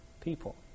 people